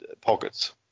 pockets